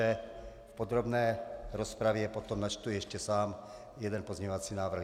V podrobné rozpravě potom ještě načtu ještě sám jeden pozměňovací návrh.